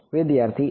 વિદ્યાર્થી એ